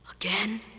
Again